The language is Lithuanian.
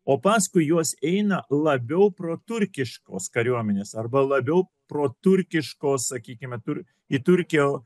o paskui juos eina labiau pro turkiškos kariuomenės arba labiau pro turkiškos sakykime tur į turkiją